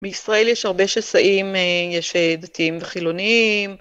בישראל יש הרבה שסעים יש דתיים וחילוניים.